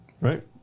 right